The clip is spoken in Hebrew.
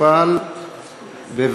סיוע משפטי להגשת בקשה לצו מגבלות),